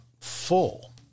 full